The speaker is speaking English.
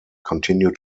continue